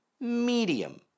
medium